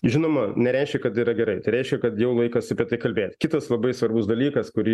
žinoma nereiškia kad yra gerai tai reiškia kad jau laikas apie tai kalbėt kitas labai svarbus dalykas kurį